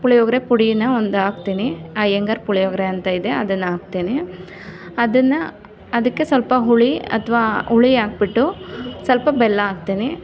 ಪುಳಿಯೊಗರೆ ಪುಡಿನ ಒಂದು ಹಾಕ್ತೀನಿ ಅಯ್ಯಂಗಾರ್ ಪುಳಿಯೊಗರೆ ಅಂತ ಇದೆ ಅದನ್ನು ಹಾಕ್ತೇನೆ ಅದನ್ನು ಅದಕ್ಕೆ ಸ್ವಲ್ಪ ಹುಳಿ ಅಥವಾ ಹುಳಿ ಹಾಕಿಬಿಟ್ಟು ಸ್ವಲ್ಪ ಬೆಲ್ಲ ಹಾಕ್ತೀನಿ